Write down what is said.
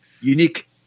unique